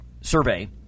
survey